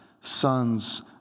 sons